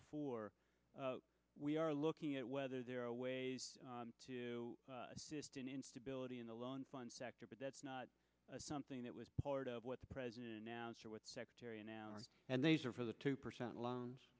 before we are looking at whether there are ways to assist in instability in the loan fund sector but that's not something that was part of what the president announced or what secretary an hour and these are for the two percent loans